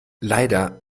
leider